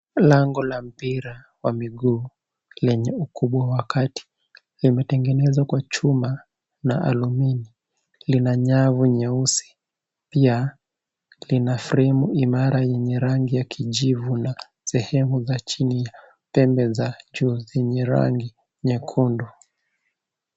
Lango la mpira wa miguu lenye ukubwa wa kati limetengenezwa kwa chuma na alumini. Lina nyavu nyeusi. Pia lina frame imara yenye rangi ya kijivu na sehemu za chini ya pembe za juu zenye rangi nyekundu.